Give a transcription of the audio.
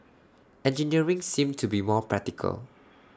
engineering seemed to be more practical